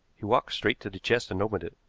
he walked straight to the chest and opened it.